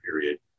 period